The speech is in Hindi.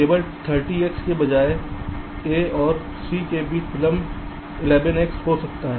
केवल 30X के बजाय यहाँ A और C के बीच विलंब 11X हो जाता है